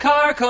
Car